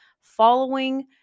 following